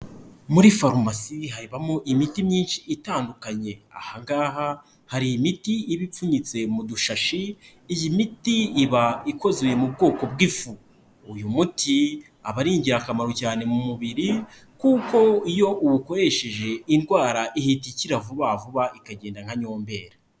Muri farumasi habamo imiti myinshi itandukanye, aha ngaha hari imiti iba ipfunyitse mu dushashi, iyi miti iba ikozwe mu bwoko bw'ifu, uyu muti aba ari ingirakamaro cyane mu mubiri kuko iyo uwukoresheje indwara ihita ikira vuba vuba, ikagenda nka Nyomberi.